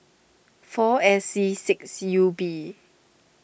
four S C six U B